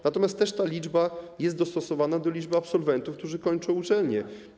Natomiast ta liczba jest dostosowana do liczby absolwentów, którzy kończą uczelnie.